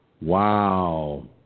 Wow